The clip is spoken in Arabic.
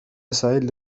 سعيد